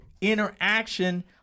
interaction